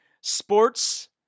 sports